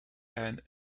hand